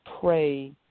pray